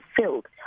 filled